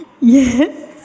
Yes